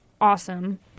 awesome